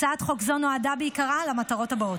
הצעת חוק זו נועדה בעיקרה למטרות הבאות: